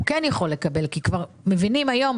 שהוא כן יכול לקבל כי כבר מבינים היום,